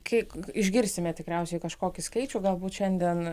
kai išgirsime tikriausiai kažkokį skaičių galbūt šiandien